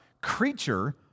creature